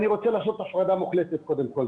אני רוצה לעשות הפרדה מוחלטת קודם כל.